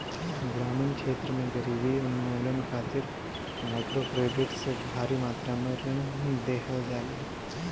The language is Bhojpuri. ग्रामीण क्षेत्र में गरीबी उन्मूलन खातिर माइक्रोक्रेडिट से भारी मात्रा में ऋण देहल जाला